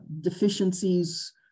deficiencies